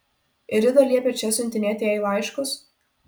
ir ji dar liepia čia siuntinėti jai laiškus